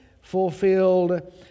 fulfilled